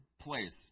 place